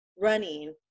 running